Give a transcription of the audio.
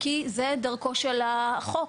כי זה דרכו של החוק.